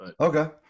Okay